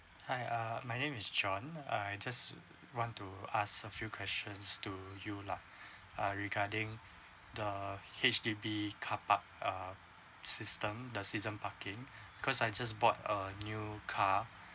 hi uh my name is john uh I just want to ask a few questions to you lah uh regarding the H_D_B car park uh system the season parking because I just bought a new car